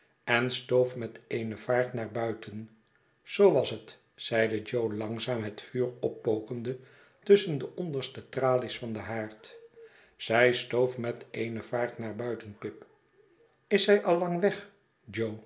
en stoof met eene vaart naar buiten zoo was het zeide jo langzaam het vuur oppokende tusschen de onderste tralies van den haard zij stoof met eene vaart naar buiten pip is zij al iang weg